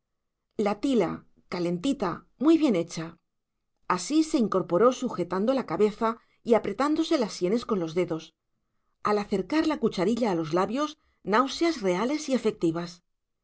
la tila calentita muy bien hecha asís se incorporó sujetando la cabeza y apretándose las sienes con los dedos al acercar la cucharilla a los labios náuseas reales y efectivas